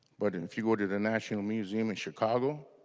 but and if you go to the national museum in chicago